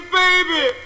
baby